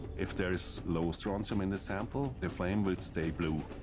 if there is low strontium in the sample the flame will stay blue.